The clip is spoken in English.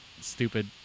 stupid